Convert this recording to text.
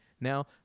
now